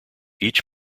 each